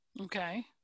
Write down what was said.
Okay